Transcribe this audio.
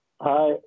Hi